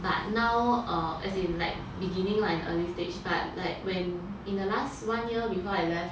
but now err as in like beginning lah in early stage but like when in the last one year before I left